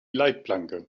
leitplanke